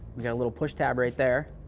we got a little push tab right there.